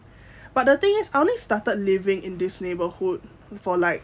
but the thing is I only started living in this neighbourhood for like